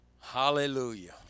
hallelujah